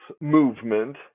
movement